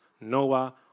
Noah